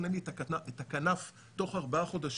תכנן לי את הכנף תוך ארבעה חודשים,